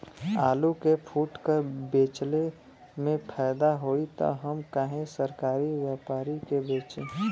आलू के फूटकर बेंचले मे फैदा होई त हम काहे सरकारी व्यपरी के बेंचि?